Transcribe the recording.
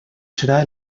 serà